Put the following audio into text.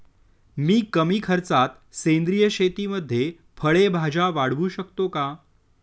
मी कमी खर्चात सेंद्रिय शेतीमध्ये फळे भाज्या वाढवू शकतो का?